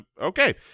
okay